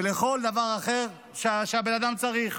ולכל דבר אחר שבן אדם צריך.